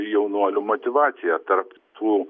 jaunuolių motyvaciją tarp tų